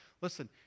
Listen